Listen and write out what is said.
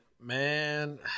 man